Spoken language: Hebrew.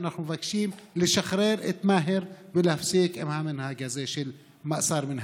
אנחנו מבקשים לשחרר את מאהר ולהפסיק עם המנהג הזה של מעצר מנהלי.